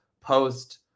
post